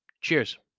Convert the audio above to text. Cheers